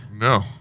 No